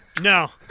No